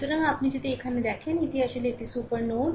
সুতরাং আপনি যদি এখানে দেখুন এটি আসলে সুপার নোড